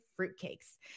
fruitcakes